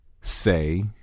Say